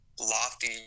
lofty